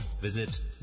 Visit